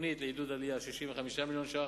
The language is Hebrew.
תוכנית לעידוד עלייה, 65 מיליון ש"ח,